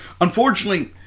Unfortunately